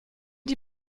die